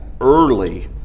early